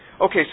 Okay